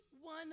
one